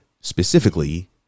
specifically